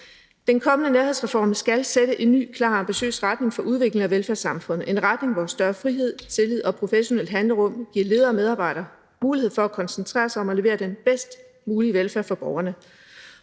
Den kommende nærhedsreform skal sætte en ny, klar og ambitiøs retning for udviklingen af velfærdssamfundet; en retning, hvor større frihed, tillid og professionelt handlerum giver ledere og medarbejdere mulighed for at koncentrere sig om at levere den bedst mulige velfærd for borgerne,